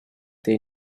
they